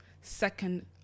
second